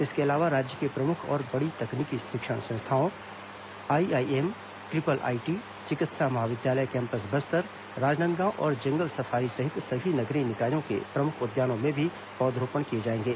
इसके अलावा राज्य के प्रमुख और बड़ी तकनीकी शिक्षण संस्थाओं आईआईएम ट्रिपल आईटी चिकित्सा महाविद्यालय कैम्पस बस्तर राजनांदगांव और जंगल सफारी सहित सभी नगरीय निकायों के प्रमुख उद्यानों में भी पौध रोपण किए जाएंगे